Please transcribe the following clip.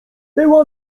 była